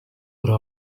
hari